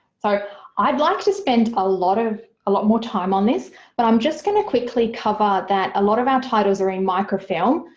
i'd like to spend a lot of a lot more time on this but i'm just going to quickly cover that a lot of our titles are in microfilm,